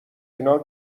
اینا